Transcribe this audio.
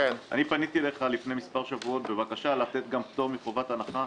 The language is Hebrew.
פניתי אליך לפני מספר שבועות בבקשה לתת גם פטור מחובת הנחה